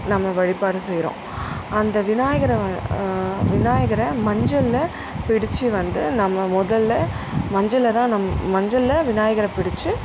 நம்ம வழிபாடு செய்கிறோம் அந்த விநாயகரை வ விநாயகரை மஞ்சளில் பிடித்து வந்து நம்ம முதல்ல மஞ்சளில் தான் நம் மஞ்சளில் விநாயகரை பிடி